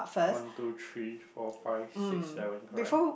one two three four five six seven correct